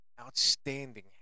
Outstanding